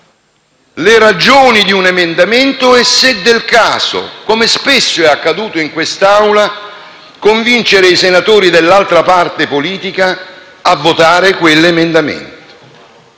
le ragioni di un emendamento e, se del caso, come spesso è accaduto in quest'Aula, convincere i senatori di un'altra parte politica a votare quell'emendamento.